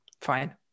fine